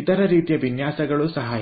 ಇತರ ರೀತಿಯ ವಿನ್ಯಾಸಗಳು ಸಹ ಇವೆ